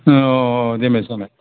औ औ औ देमेज जाबाय